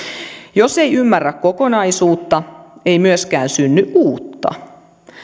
jos ei ymmärrä kokonaisuutta ei myöskään synny uutta